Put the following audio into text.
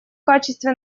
качестве